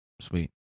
Sweet